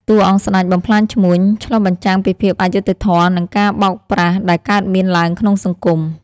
តួអង្គស្តេច បំផ្លាញឈ្មួញ ឆ្លុះបញ្ចាំងពីភាពអយុត្តិធម៌ និងការបោកប្រាស់ដែលកើតមានឡើងក្នុងសង្គម។